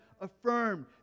affirmed